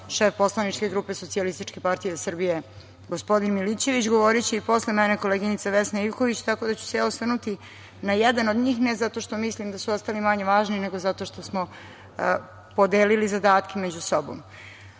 šef poslaničke grupe SPS, gospodin Milićević. Govoriće i posle mene koleginica Vesna Ivković, tako da ću se ja osvrnuti na jedan od njih, ne zato što mislim da su ostali manje važni, nego zato što smo podelili zadatke među sobom. Dakle,